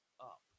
up